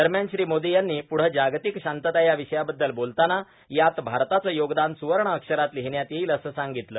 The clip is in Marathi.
दरम्यान श्री मोदी यांनी पुढं जागतिक शांतता या विषयाबद्दल बोलताना यात भारताचं योगदानं सुवर्ण अक्षरात लिहिण्यात येईल असं सांगितलं